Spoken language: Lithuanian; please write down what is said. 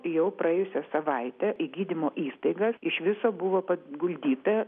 jau praėjusią savaitę į gydymo įstaigas iš viso buvo paguldyta